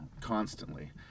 constantly